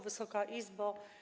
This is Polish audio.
Wysoka Izbo!